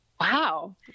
wow